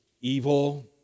evil